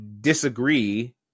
disagree